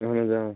اہن حظ آ